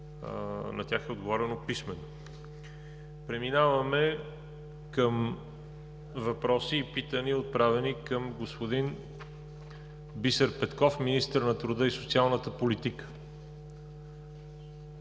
контрол, е отговорено писмено. Преминаваме към въпроси и питания, отправени към господин Бисер Петков – министър на труда и социалната политика.